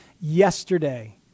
yesterday